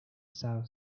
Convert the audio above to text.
south